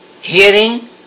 hearing